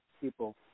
people